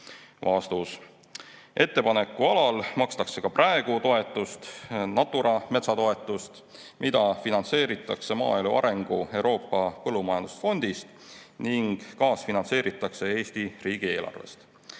Ettepanekualal makstakse ka praegu toetust, Natura metsatoetust, mida finantseeritakse Euroopa Maaelu Arengu Põllumajandusfondist ning kaasfinantseeritakse Eesti riigieelarvest.